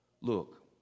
Look